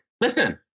Listen